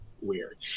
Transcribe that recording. weird